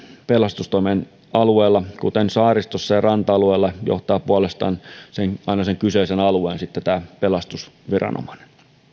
pelastustoimen alueella kuten saaristossa ja ranta alueella johtaa puolestaan aina sen kyseisen alueen pelastusviranomainen